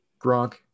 Gronk